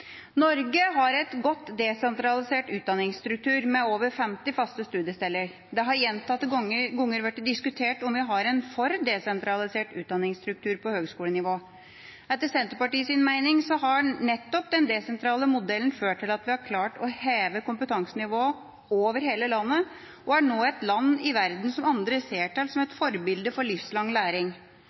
Norge har en godt desentralisert utdanningsstruktur, med over 50 faste studiesteder. Det har gjentatte ganger blitt diskutert om vi har en for desentralisert utdanningsstruktur på høgskolenivå. Etter Senterpartiets mening har nettopp den desentrale modellen ført til at vi har klart å heve kompetansenivået over hele landet og nå er et land i verden som andre ser til som et forbilde for livslang læring.